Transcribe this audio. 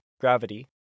Gravity